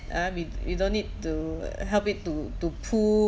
uh we we don't need to help it to to poo